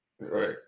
Right